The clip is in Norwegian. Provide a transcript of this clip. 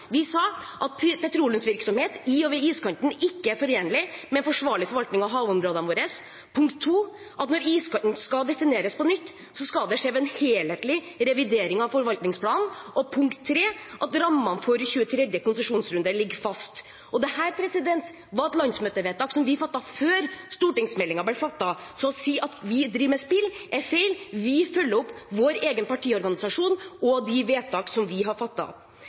Vi sa tre ting: Vi sa at petroleumsvirksomhet i og ved iskanten ikke er forenlig med en forsvarlig forvaltning av havområdene våre, vi sa at når iskanten defineres på nytt, skal det skje ved en helhetlig revidering av forvaltningsplanen, og vi sa at rammene for 23. konsesjonsrunde ligger fast. Dette var et landsmøtevedtak som vi fattet før stortingsmeldingen kom, så å si at vi driver med spill, er feil. Vi følger opp vår egen partiorganisasjon og de vedtakene vi har